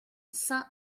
saint